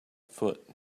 foot